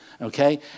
Okay